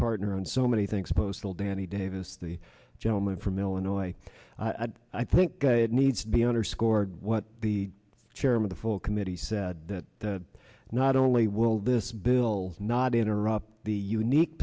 partner on so many things postal danny davis the gentleman from illinois i think it needs to be underscored what the chairman the full committee said that not only will this bill not interrupt the unique